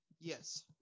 Yes